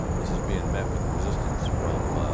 this is being met with resistance from